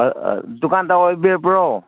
ꯗꯨꯀꯥꯟꯗꯥꯔ ꯑꯣꯏꯕꯤꯔꯕ꯭ꯔꯣ